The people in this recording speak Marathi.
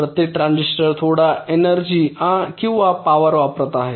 प्रत्येक ट्रान्झिस्टर थोडा एनर्जी किंवा पॉवर वापरत आहे